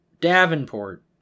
Davenport